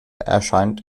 erscheint